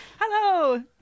Hello